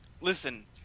Listen